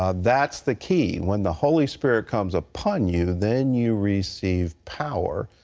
um that's the key. when the holy spirit comes upon you, then you receive power.